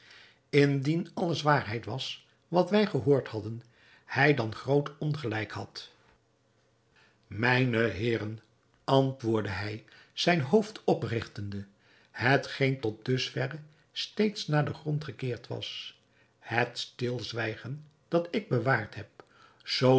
indien alles waarheid was wat wij gehoord hadden hij dan groot ongelijk had mijne heeren antwoordde hij zijn hoofd oprigtende hetgeen tot dusverre steeds naar den grond gekeerd was het stilzwijgen dat ik bewaard heb zoo